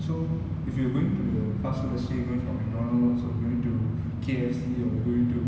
so if you are going to fast food let's say going for mcdonald's or going to K_F_C or going to